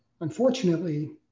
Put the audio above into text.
Unfortunately